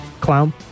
Clown